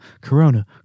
Corona